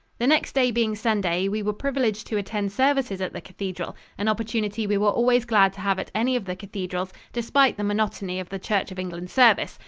the next day being sunday, we were privileged to attend services at the cathedral, an opportunity we were always glad to have at any of the cathedrals despite the monotony of the church of england service,